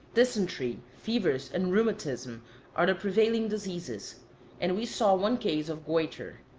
dysentery, fevers, and rheumatism are the prevailing diseases and we saw one case of goitre.